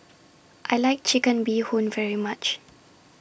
I like Chicken Bee Hoon very much